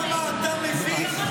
כמה אתה מביך,